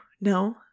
no